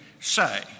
say